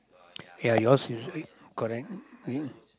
ya yours is correct mm